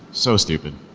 so stupid.